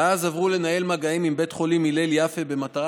ואז עברו לנהל מגעים עם בית חולים הלל יפה במטרה